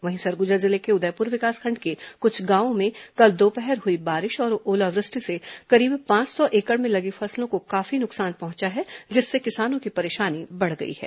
वहीं सरगुजा जिले के उदयपुर विकासखंड के कुछ गांवों में कल दोपहर हुई बारिश और ओलावृष्टि से करीब पांच सौ एकड़ में लगी फसलों को काफी नुकसान पहुंचा है जिससे किसानों की परेशानी बढ़ गई है